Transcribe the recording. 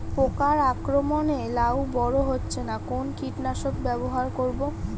পোকার আক্রমণ এ লাউ বড় হচ্ছে না কোন কীটনাশক ব্যবহার করব?